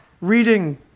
reading